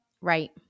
Right